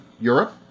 Europe